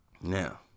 Now